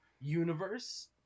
universe